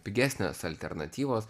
pigesnės alternatyvos